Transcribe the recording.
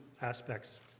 aspects